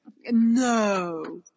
No